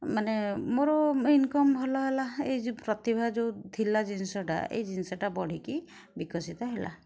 ମାନେ ମୋର ଇନକମ୍ ଭଲ ହେଲା ଏଇ ଯେଉଁ ପ୍ରତିଭା ଯୋଉ ଥିଲା ଜିନିଷଟା ଏଇ ଜିନିଷଟା ବଢ଼ିକି ବିକଶିତ ହେଲା